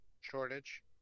Shortage